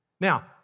Now